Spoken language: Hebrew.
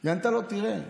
היא ענתה לו: תראה,